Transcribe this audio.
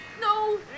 no